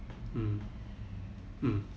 mm mm